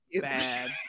bad